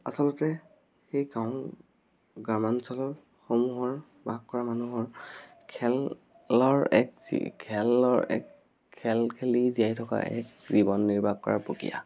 আচলতে সেই গ্ৰামাঞ্চলসমূহৰ বাস কৰা মানুহৰ খেলৰ এক যি খেলৰ এক খেল খেলি জীয়াই থকা এক জীৱন নিৰ্বাহ কৰাৰ প্ৰক্ৰিয়া